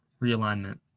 realignment